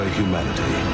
humanity